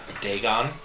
Dagon